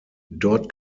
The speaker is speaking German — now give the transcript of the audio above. dort